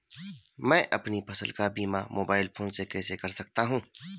मैं अपनी फसल का बीमा मोबाइल फोन से कैसे कर सकता हूँ?